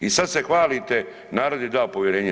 I sad se hvalite narod je dao povjerenje.